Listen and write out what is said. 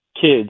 kids